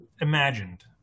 imagined